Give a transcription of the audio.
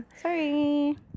Sorry